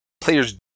players